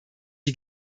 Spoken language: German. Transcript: die